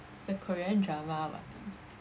it's a korean drama [what]